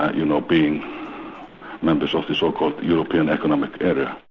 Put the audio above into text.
ah you know being members of the so-called european economic area.